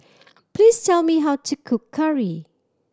please tell me how to cook curry